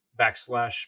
backslash